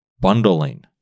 bundling